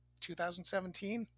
2017